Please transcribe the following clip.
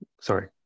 Sorry